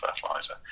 fertilizer